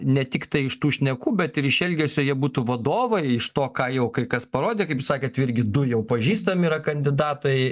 ne tiktai iš tų šnekų bet ir iš elgesio jie būtų vadovai iš to ką jau kai kas parodė kaip sakėt irgi du jau pažįstami yra kandidatai